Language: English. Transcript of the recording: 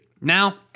Now